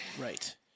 Right